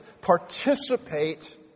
participate